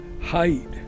height